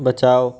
बचाओ